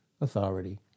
authority